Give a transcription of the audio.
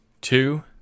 Two